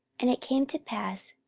and it came to pass,